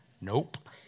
Nope